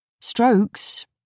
Strokes